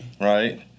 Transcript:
Right